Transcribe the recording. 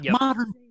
modern